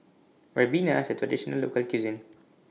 Ribena IS A Traditional Local Cuisine